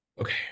Okay